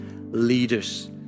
leaders